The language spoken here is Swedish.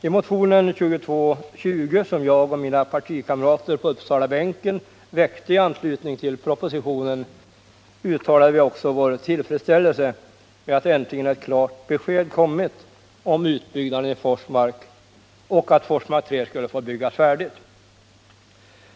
I motionen 2220, som jag och mina partikamrater på Uppsalabänken väckte i anslutning till propositionen, uttalade vi också vår tillfredsställelse med att äntligen ett klart besked kommit om utbyggnaden i Forsmark och att Forsmark 3 skulle få byggas färdigt.